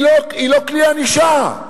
היא לא כלי ענישה.